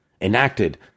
enacted